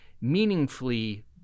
meaningfully